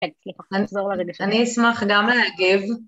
אני אשמח גם להגיב